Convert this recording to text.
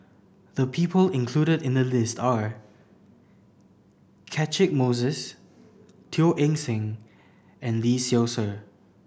the people included in the list are Catchick Moses Teo Eng Seng and Lee Seow Ser